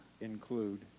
include